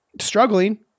struggling